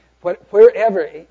Wherever